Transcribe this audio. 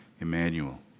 Emmanuel